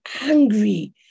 angry